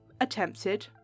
attempted